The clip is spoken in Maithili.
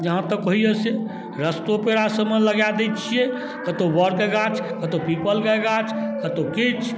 जहाँ तक होइए से रस्तो पेड़ा सबमे लगा दै छिए कतहु बड़के गाछ कतहु पीपलके गाछ तऽ कतहु किछु